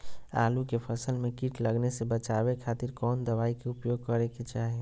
आलू के फसल में कीट लगने से बचावे खातिर कौन दवाई के उपयोग करे के चाही?